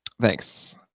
Thanks